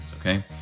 okay